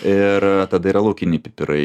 ir tada yra laukiniai pipirai